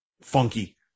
funky